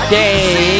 day